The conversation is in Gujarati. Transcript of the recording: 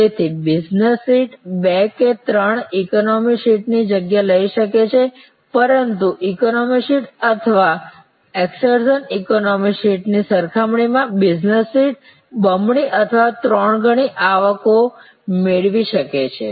તેથી બિઝનેસ સીટ બે કે ત્રણ ઈકોનોમી સીટની જગ્યા લઈ શકે છે પરંતુ ઈકોનોમી સીટ અથવા એક્સરઝન ઈકોનોમી સીટની સરખામણીમાં બિઝનેસ સીટ બમણી અથવા ત્રણ ગણી આવક મેળવી શકે છે